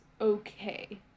okay